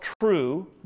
true